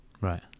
Right